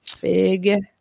Big